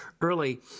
early